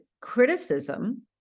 criticism